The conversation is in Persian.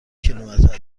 کیلومتر